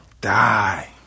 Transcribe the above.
Die